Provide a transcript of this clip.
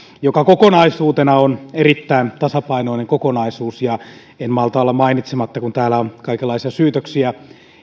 joka kokonaisuutena on erittäin tasapainoinen kokonaisuus en malta olla mainitsematta kun täällä on kaikenlaisia syytöksiä